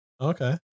okay